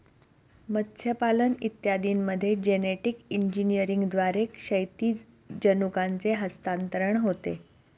मत्स्यपालन इत्यादींमध्ये जेनेटिक इंजिनिअरिंगद्वारे क्षैतिज जनुकांचे हस्तांतरण होते